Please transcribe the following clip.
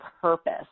purpose